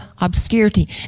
obscurity